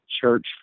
church